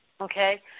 okay